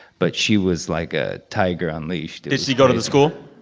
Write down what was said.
but she was like a tiger unleashed did she go to the school?